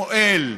מועל,